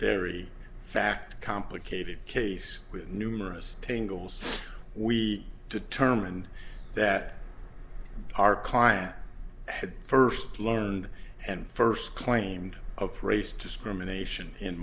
very fact complicated case with numerous tangles we determined that our client had first learned and first claimed of race discrimination in